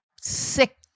sick